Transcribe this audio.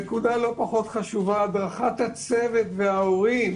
נקודה לא פחות חשובה היא הדרכת הצוות וההורים.